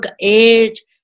age